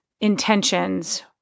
intentions